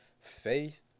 faith